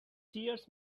cheers